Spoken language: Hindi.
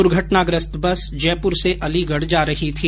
दुर्घटनाग्रस्त बस जयपुर से अलीगढ़ जा रही थी